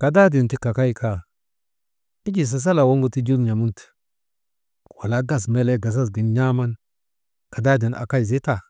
kadaadin ti kakay kaa enjii sasalaa waŋgu ti jul n̰amunte, walaa gas melee gasas gin n̰aaman kadaadin akay zitan.